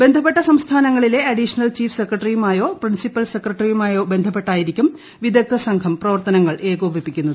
ബന്ധപ്പെട്ട സംസ്ഥാനങ്ങളിലെ additional chief സെക്രട്ടറിയുമായോ പ്രിൻസിപ്പൽ സെക്രട്ടറിയുമായോ ബന്ധപ്പെട്ടായിരിക്കും വിദഗ്ധസംഘം പ്രവർത്തനങ്ങൾ ഏകോപിപ്പിക്കുന്നത്